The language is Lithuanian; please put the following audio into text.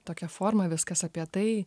tokioj formoj viskas apie tai